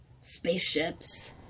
spaceships